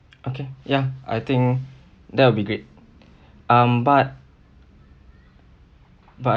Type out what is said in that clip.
okay ya I think that will be great um but but